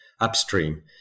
upstream